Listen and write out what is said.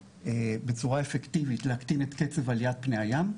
בצורה אפקטיבית להקטין את קצב עליית פני הים,